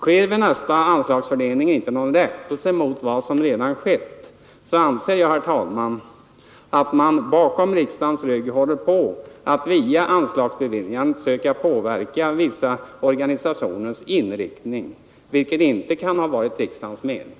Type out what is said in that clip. Sker vid nästa anslagsfördelning inte någon rättelse av vad som redan gjorts, anser jag, herr talman, att man bakom riksdagens rygg håller på att via anslagsbeviljandet söka påverka vissa organisationers inriktning, vilket inte kan ha varit riksdagens mening.